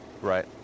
Right